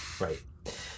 Right